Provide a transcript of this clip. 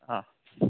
অ'